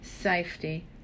safety